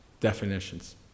definitions